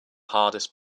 hardest